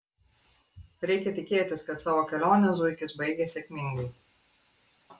reikia tikėtis kad savo kelionę zuikis baigė sėkmingai